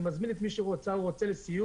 אני מזמין את מי שרוצה לסיור